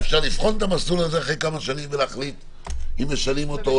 אפשר לבחון את המסלול הזה אחרי כמה שנים ולהחליט אם משנים אותו או